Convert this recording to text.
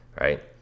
Right